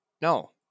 No